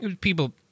people